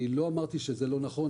אני לא אמרתי שזה לא נכון,